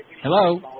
Hello